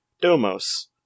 Domos